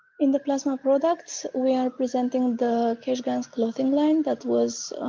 in the plasma products we are presenting the keshe gans clothing line that was